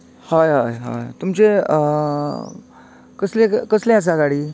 हय हय हय तुमची कसले कसली आसा गाडी